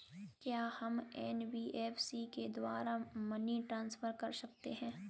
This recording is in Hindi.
क्या हम एन.बी.एफ.सी के द्वारा मनी ट्रांसफर कर सकते हैं?